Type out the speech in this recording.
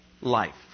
life